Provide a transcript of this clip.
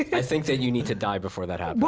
i think that you need to die before that what?